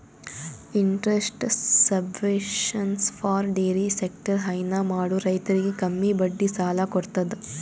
interest subvention for dairy sector ಹೈನಾ ಮಾಡೋ ರೈತರಿಗ್ ಕಮ್ಮಿ ಬಡ್ಡಿ ಸಾಲಾ ಕೊಡತದ್